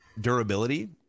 durability